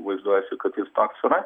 vaizduojasi kad jis toks yra